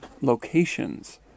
locations